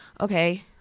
okay